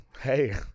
hey